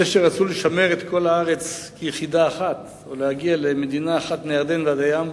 אלה שרצו לשמר את כל הארץ כיחידה אחת ולהגיע למדינה אחת מהירדן ועד הים,